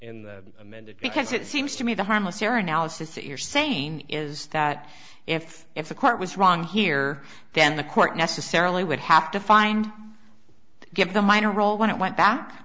in the amended because it seems to me the harmless error analysis that you're saying is that if if the court was wrong here then the court necessarily would have to find give the minor role when it went back